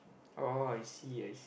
oh I see I